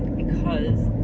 because